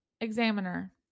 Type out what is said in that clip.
examiner